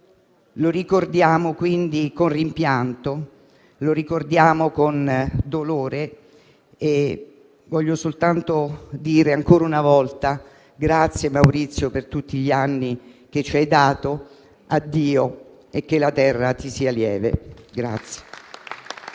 Lo ricordiamo, quindi, con rimpianto e lo ricordiamo con dolore. Voglio soltanto dire, ancora una volta: grazie, Maurizio, per tutti gli anni che ci hai dato. Addio, e che la terra ti sia lieve.